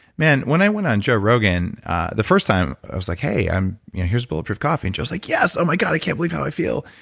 man, when i went on joe rogan the first time, i was like, hey. here's bulletproof coffee. joe's like, yes. oh, my god. i can't believe how i feel.